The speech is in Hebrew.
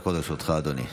לרשותך, אדוני.